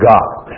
God